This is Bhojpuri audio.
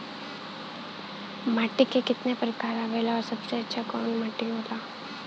माटी के कितना प्रकार आवेला और सबसे अच्छा कवन माटी होता?